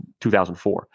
2004